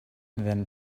than